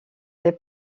les